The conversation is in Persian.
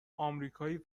آمریکایی